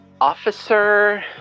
officer